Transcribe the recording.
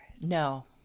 No